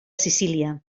cecília